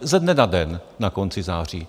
Ze dne na den na konci září.